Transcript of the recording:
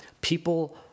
people